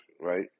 right